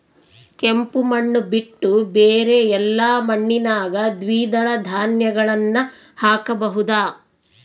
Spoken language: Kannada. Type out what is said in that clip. ಕೆಂಪು ಮಣ್ಣು ಬಿಟ್ಟು ಬೇರೆ ಎಲ್ಲಾ ಮಣ್ಣಿನಾಗ ದ್ವಿದಳ ಧಾನ್ಯಗಳನ್ನ ಹಾಕಬಹುದಾ?